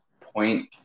point